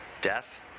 death